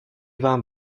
vám